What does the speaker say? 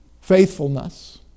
Faithfulness